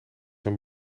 een